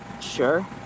sure